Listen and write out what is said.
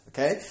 Okay